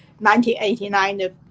1989